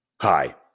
Hi